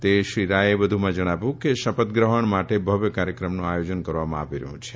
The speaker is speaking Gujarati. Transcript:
તે શ્રી રાયે વધુમાં જણાવ્યું કે શપથગ્રહણ માટે ભવ્ય કાર્યક્રમનું આયોજન કરવામાં આવી રહ્યું છે